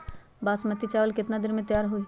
बासमती चावल केतना दिन में तयार होई?